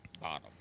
bottom